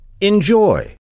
Enjoy